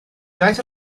daeth